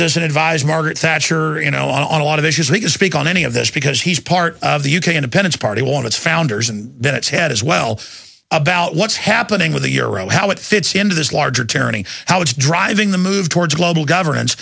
this and advised margaret thatcher you know on a lot of issues he can speak on any of this because he's part of the u k independence party want its founders and then its head as well about what's happening with the euro how it fits into this larger turning how it's driving the move towards global governance